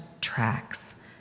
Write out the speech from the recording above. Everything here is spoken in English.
tracks